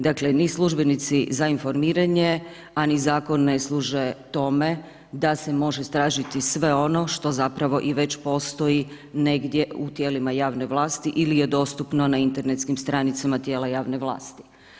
Dakle, ni službenici za informiranje a ni zakon ne služe tome da se može istražiti sve ono što zapravo i već postoji negdje u tijelima javne vlasti ili je dostupno na internetskim stranicama tijela javne vlasti.